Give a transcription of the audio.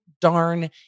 darn